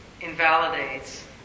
invalidates